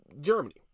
Germany